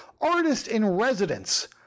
artist-in-residence